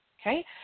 Okay